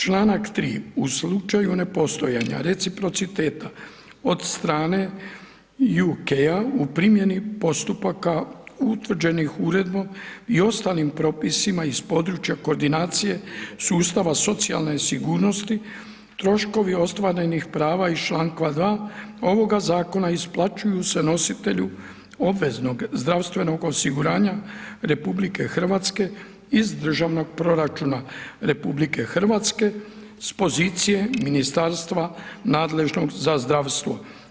Čl. 3. u slučaju nepostojanja reciprociteta, od strane UK-a u primjeni postupaka utvrđenih uredbom i ostalim propisima iz područja koordinacije sustava socijalne sigurnosti, troškovi ostvarenih prava iz čl. 2 ovoga zakona isplaćuju se nositelju obveznog zdravstvenog osiguranja RH iz državnog proračuna RH, s pozicije ministarstva nadležnog za zdravstvo.